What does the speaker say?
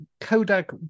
kodak